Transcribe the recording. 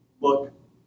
look